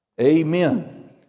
Amen